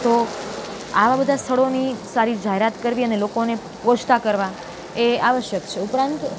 તો આવાં બધાં સ્થળોની સારી જાહેરાત કરવી અને લોકોને પહોંચતા કરવાં એ આવશ્યક છે ઉપરાંત